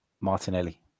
Martinelli